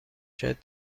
شاید